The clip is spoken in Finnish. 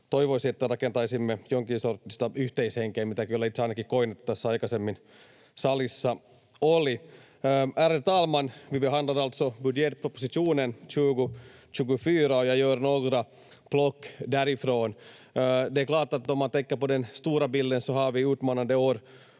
toivoisin, että rakentaisimme jonkin sorttista yhteishenkeä, mitä kyllä ainakin itse koin, että tässä aikaisemmin salissa oli. Ärade talman! Vi behandlar alltså budgetpropositionen 2024 och jag gör några plock därifrån. Det är klart att om man tänker på den stora bilden så har vi utmanande år